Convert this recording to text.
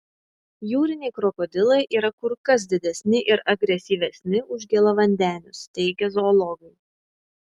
jūriniai krokodilai yra kur kas didesni ir agresyvesni už gėlavandenius teigia zoologai